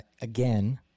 again